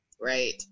right